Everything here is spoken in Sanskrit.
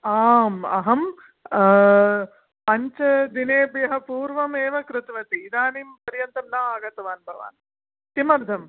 आम् अहं पञ्चदिनेभ्यः पूर्वं एव कृतवती इदानीं पर्यन्तं न आगतवान् भवान् किमर्थम्